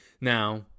Now